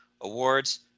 Awards